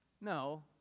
No